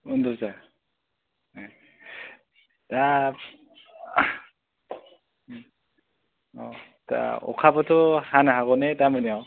उन्दु जाया ए दा औ दा अखाबोथ' हानो हागौ ने दा मोनायाव